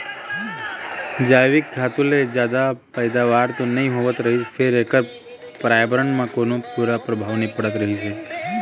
जइविक खातू ले जादा पइदावारी तो नइ होवत रहिस फेर एखर परयाबरन म कोनो बूरा परभाव नइ पड़त रहिस हे